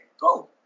go